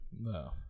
No